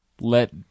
let